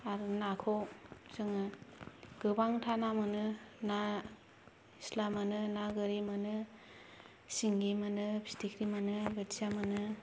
आरो नाखौ जोङो गोबांथ' ना मोनो ना सिला मोनो ना गोरलै मोनो सिंगि मोनो फिथिख्रि मोनो बोथिया मोनो